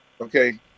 Okay